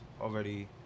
already